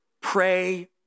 pray